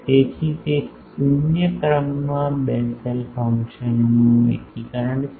તેથી તે શૂન્ય ક્રમમાં બેસેલ ફંક્શનનું એકીકરણ છે